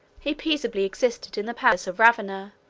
he peaceably existed in the palace of ravenna,